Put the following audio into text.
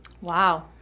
Wow